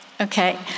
Okay